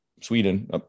Sweden